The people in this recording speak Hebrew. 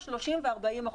30 ו-40%.